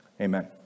Amen